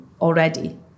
already